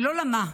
ולא לַמה,